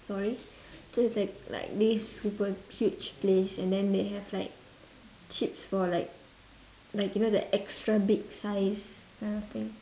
story so it's at like this super huge place and then they have like chips for like like you know that extra big size kind of thing